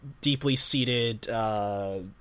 deeply-seated